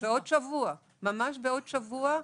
בעוד שבוע, ממש בעוד שבוע,